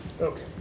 Okay